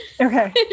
Okay